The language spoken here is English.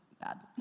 bad